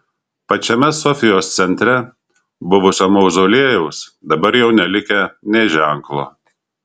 pačiame sofijos centre buvusio mauzoliejaus dabar jau nelikę nė ženklo